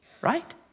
right